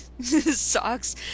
socks